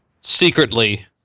secretly